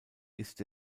ist